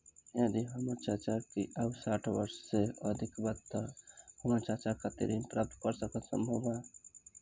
यदि हमर चाचा की आयु साठ वर्ष से अधिक बा त का हमर चाचा खातिर ऋण प्राप्त करल संभव बा